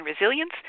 resilience